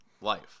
Life